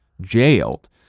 jailed